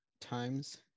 times